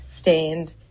stained